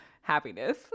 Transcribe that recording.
happiness